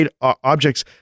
objects